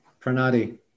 Pranati